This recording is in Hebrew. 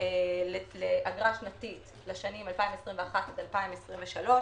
לאגרה שנתית לשנים 2021 2023,